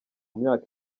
myaka